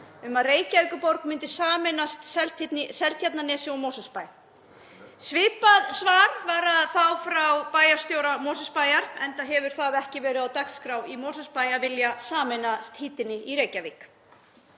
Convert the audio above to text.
um að Reykjavíkurborg myndi sameinast Seltjarnarnesi og Mosfellsbæ. Svipað svar var að fá frá bæjarstjóra Mosfellsbæjar enda hefur það ekki verið á dagskrá í Mosfellsbæ að vilja sameinast hítinni í Reykjavík.